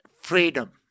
Freedom